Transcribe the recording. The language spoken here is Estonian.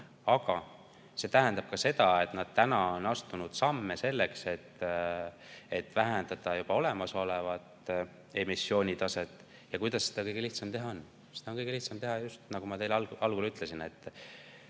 aga see tähendab ka seda, et nad on juba astunud samme selleks, et vähendada olemasolevat emissioonitaset. Kuidas seda kõige lihtsam teha on? Seda on kõige lihtsam teha, just nagu ma teile algul ütlesin,